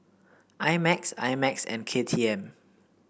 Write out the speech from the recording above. I Max I Max and K T M